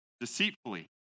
deceitfully